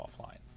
offline